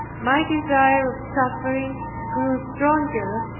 my desire of suffering grew stronger,